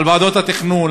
על ועדות התכנון,